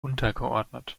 untergeordnet